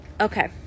okay